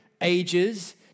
ages